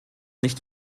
nicht